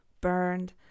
burned